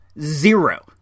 zero